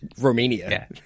romania